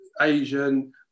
Asian